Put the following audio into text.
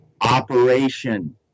operation